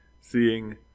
seeing